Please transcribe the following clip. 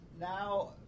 now